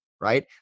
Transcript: Right